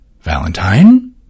Valentine